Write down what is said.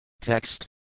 Text